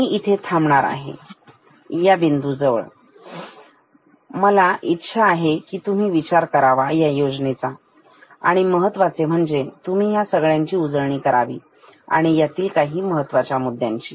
मी इथे थांबणार आहे या बिंदू जवळ मला इच्छा आहे की तुम्ही विचार करावा या योजनेचा आणि महत्त्वाचे म्हणजे तुम्ही ह्या सगळ्यांचे उजळणी करावी यातील काही महत्त्वाच्या मुद्द्यांची